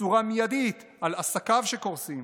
בצורה מיידית על עסקיו, והם קורסים.